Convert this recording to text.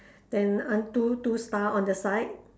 then two two star on the side